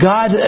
God